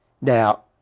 Now